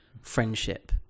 friendship